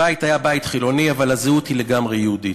הבית היה בית חילוני, אבל הזהות היא לגמרי יהודית.